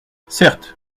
certes